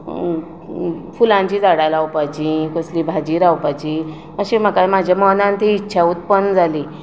फुलांची झाडां लावपाचीं कसली भाजी लावपाची अशी म्हाका म्हज्या मनांत ही इच्छा उतपन्न जाली